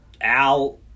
Al